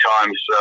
times